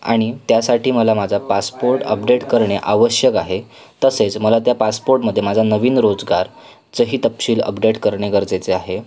आणि त्यासाठी मला माझा पासपोर्ट अपडेट करणे आवश्यक आहे तसेच मला त्या पासपोर्टमध्ये माझा नवीन रोजगार चंही तपशील अपडेट करणे गरजेचे आहे